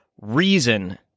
reason